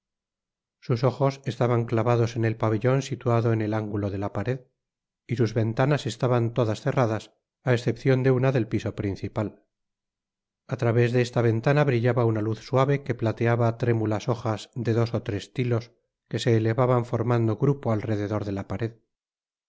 sus ojos estaban clavados en el pabellon situado en el ángulo de la pared y sus ventanas estaban todas cerradas á escepcion de una del piso principa a través de esta ventana brillaba una luz suave que plateaba trémulas hojas de dos ó tres tilos que se elevaban formando grupo al rededor de la pared